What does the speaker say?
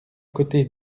côté